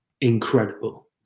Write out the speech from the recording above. incredible